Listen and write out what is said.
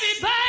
baby